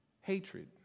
hatred